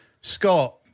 Scott